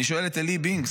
אני שואל את עלי בינג,